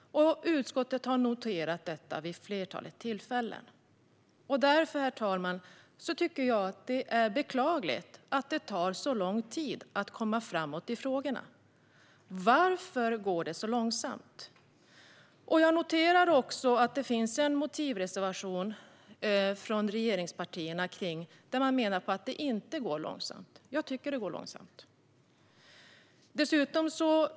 Utskottet har noterat detta vid flera tillfällen. Därför, herr talman, tycker jag att det är beklagligt att det tar så lång tid att komma framåt i frågorna. Varför går det så långsamt? Jag noterar att det finns en motivreservation från regeringspartierna där man menar att det inte går långsamt. Men jag tycker att det går långsamt.